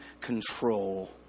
control